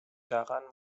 daran